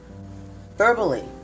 verbally